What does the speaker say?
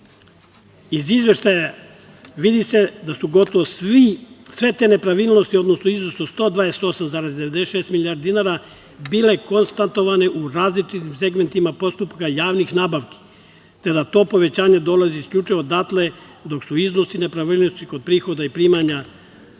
Iz izveštaja vidi se da su gotovo sve te nepravilnosti u iznosu od 128,96 milijardi dinara bile konstatovane u različitim segmentima postupka javnih nabavki, te da to povećanje dolazi isključivo odatle, dok su iznosi nepravilnosti kod prihoda i primanja te